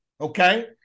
okay